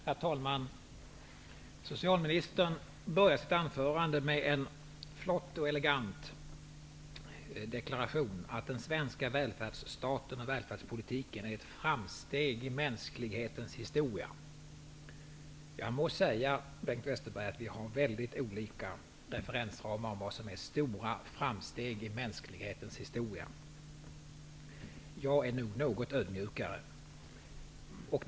Herr talman! Socialministern började sitt an förande med en flott och elegant deklaration: Den svenska välfärdsstaten och den svenska välfärdspolitiken är ett framsteg i mänsklighetens historia. Jag må säga, Bengt Westerberg, att vi har väl digt olika referensramar när det gäller vad som är stora framsteg i mänsklighetens historia. Jag är nog något ödmjukare.